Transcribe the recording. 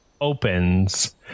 opens